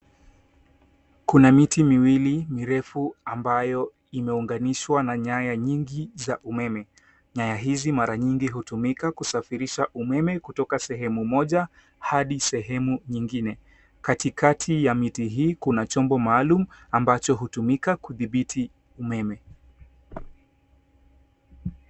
Kuna miti miwili mirefu ambayo imeunganishwa na nyaya nyingi za umeme. Nyaya hizi mara nyingi hutumika kusafirisha umeme kutoka sehemu moja hadi sehemu nyingine. Katikati ya miti hii kuna chombo maalum ambacho hutumika kudhibiti umeme.